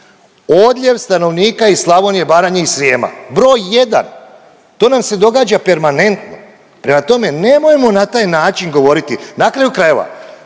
odljev stanovnika iz Slavonije, Baranje i Srijema broj jedan to nam se događa permanentno. Prema tome, nemojmo na taj način govoriti. Na kraju krajeva